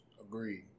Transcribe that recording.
Agreed